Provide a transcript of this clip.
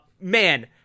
Man